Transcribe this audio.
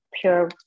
pure